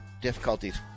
difficulties